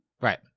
Right